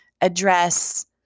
address